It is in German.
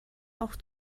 auch